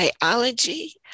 biology